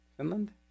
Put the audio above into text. Finland